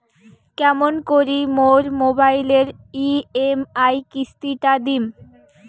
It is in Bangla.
কেমন করি মোর মোবাইলের ই.এম.আই কিস্তি টা দিম?